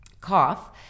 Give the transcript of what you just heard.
cough